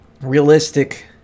realistic